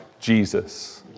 Jesus